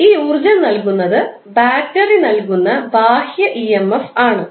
ഈ ഊർജ്ജം നൽകുന്നത് ബാറ്ററി നൽകുന്ന ബാഹ്യ emf ആണ്